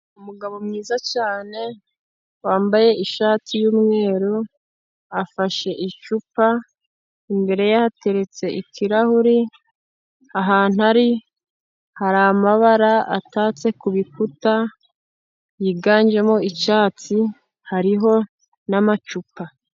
Umugabo mwiza cyane, wambaye ishati y'umweru, afashe icupa, imbere ye hateretse ikirahuri. Ahantu ari, hari amabara atatse ku bikuta yiganjemo icyatsi hariho n'amacupa.